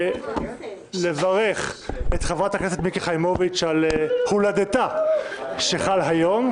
רוצה לברך את חברת הכנסת מיקי חיימוביץ' ליום הולדתה שחל היום.